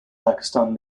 pakistan